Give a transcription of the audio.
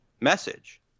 message